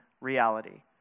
reality